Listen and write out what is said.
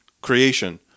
creation